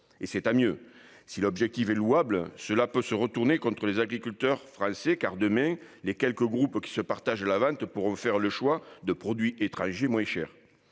; tant mieux. Mais si l'intention est louable, cela peut se retourner contre les agriculteurs français, car, demain, les quelques groupes qui se partagent la vente pourront faire le choix de produits étrangers moins chers.